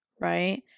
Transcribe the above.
right